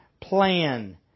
plan